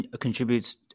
contributes